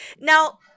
Now